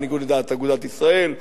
בניגוד לדעת אגודת ישראל,